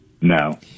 No